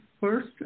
first